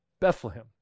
Bethlehem